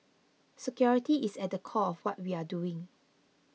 security is at the core of what we are doing